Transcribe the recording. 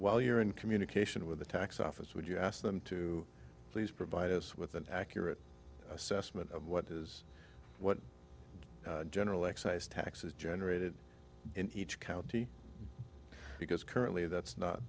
while you're in communication with the tax office would you ask them to please provide us with an accurate assessment of what is what general excise taxes generated in each county because currently that's not